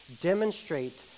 demonstrate